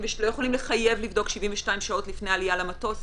לא יכולים לחייב לבדוק 72 שעות לפני עלייה למטוס,